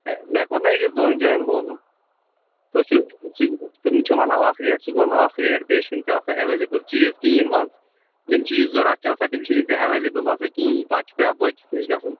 ہے مےٚ کوٚر نا أکِس دۄن جایَن معلوٗم تُہۍ چھُو ژٕ چھُکھ تِم چھِ وَنان اَکھ ریٹ ژٕ چھُکھ وَنان اَکھ ریٹ بیٚیہِ چھُے نہٕ ژےٚ آسان ایٚوَلیبٕل چیٖز کِہیٖنۍ منٛزٕ یِم چیٖز ضروٗرت چھِ آسان تِم چھی نہٕ ژےٚ ایٚوَلیبٕل آسان کِہیٖنۍ پتہٕ چھُ پیٚوان باقٕیَس نِش گژھُن